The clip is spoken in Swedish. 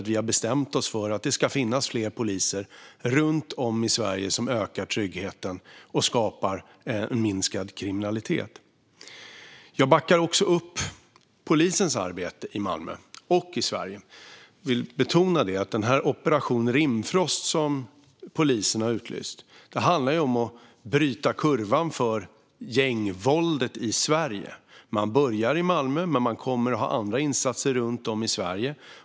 Vi har bestämt oss för att det ska finnas fler poliser runt om i Sverige som ökar tryggheten och skapar minskad kriminalitet. Jag backar också upp polisens arbete i Malmö och i Sverige i övrigt. Jag vill betona att Operation Rimfrost som polisen har utlyst handlar om att bryta kurvan för gängvåldet i Sverige. Man börjar i Malmö, men man kommer att ha andra insatser runt om i Sverige.